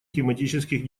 тематических